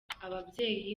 ababyeyi